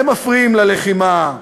הם מפריעים ללחימה.